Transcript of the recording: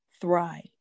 thrive